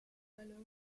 alors